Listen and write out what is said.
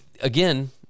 Again